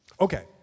Okay